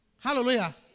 Hallelujah